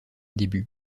début